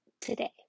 today